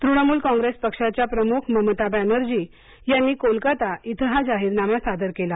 Trinamool Congress पक्षाच्या प्रमुख ममता बनर्जी यांनी कोलकाता इथे हा जाहीरनामा सादर केला